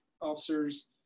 officers